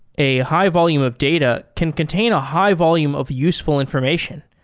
a high volume of data can contain a high volume of useful information.